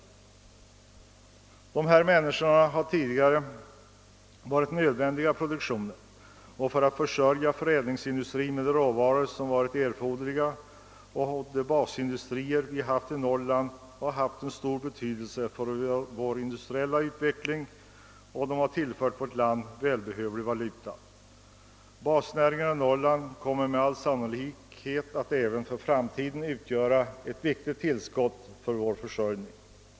De människorna har tidigare varit oumbärliga i produktionen, när det gällt att förse förädlingsindustrin med nödvändiga råvaror, och basindustrierna i Norrland har ju varit av stor betydelse för hela vår industriella utveckling och har tillfört vårt land välbehövlig valuta. Basnäringarna i Norrland kommer med all sannolikhet att även för framtiden utgöra ett viktigt tillskott till vår försörjning.